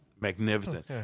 Magnificent